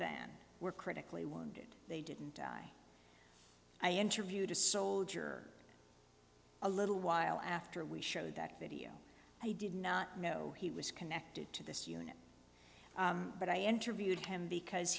van were critically wounded they didn't die i interviewed a soldier a little while after we showed that video and he did not know he was connected to this unit but i interviewed him because